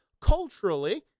Culturally